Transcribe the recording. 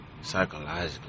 psychologically